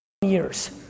years